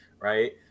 Right